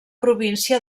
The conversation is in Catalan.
província